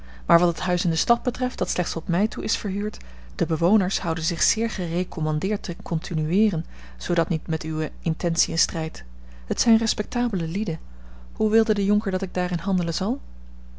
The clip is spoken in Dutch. maar wat het huis in de stad betreft dat slechts tot mei toe is verhuurd de bewoners houden zich zeer gerecommandeerd te continueeren zoo dat niet met uwe intentiën strijdt het zijn respectabele lieden hoe wilde de jonker dat ik daarin handelen zal